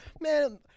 Man